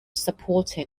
supporting